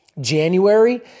January